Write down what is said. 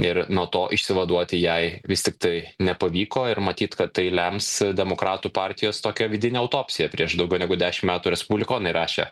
ir nuo to išsivaduoti jai vis tiktai nepavyko ir matyt kad tai lems demokratų partijos tokią vidinę autopsiją prieš daugiau negu dešim metų respublikonai rašė